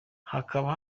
hakaba